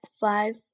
Five